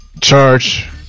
charge